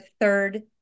third